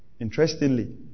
Interestingly